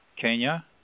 Kenya